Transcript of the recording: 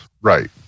right